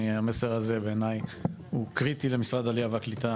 המסר הזה בעיניי הוא קריטי למשרד העלייה והקליטה,